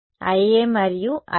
IA మరియు IB